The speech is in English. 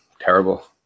terrible